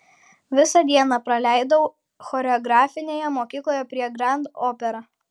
visą dieną praleidau choreografinėje mokykloje prie grand opera